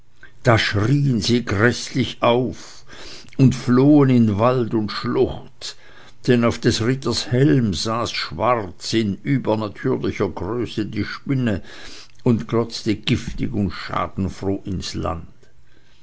da schrien sie gräßlich auf und flohen in wald und schlucht denn auf des ritters helm saß schwarz in übernatürlicher größe die spinne und glotzte giftig und schadenfroh ins land